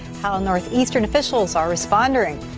how northeastern officials are responding.